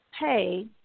pay